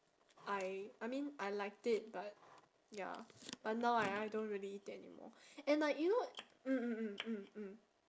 I I mean I liked it but ya but now I I don't really take anymore and like you know mm mm mm mm mm